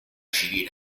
civile